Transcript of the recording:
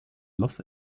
los